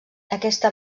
aquesta